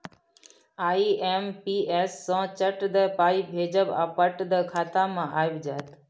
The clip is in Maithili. आई.एम.पी.एस सँ चट दअ पाय भेजब आ पट दअ खाता मे आबि जाएत